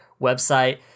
website